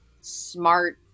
smart